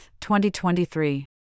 2023